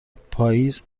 پاییز